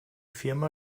firma